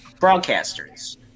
broadcasters